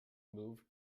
moved